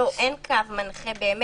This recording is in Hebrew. לא, אין קו מנחה באמת.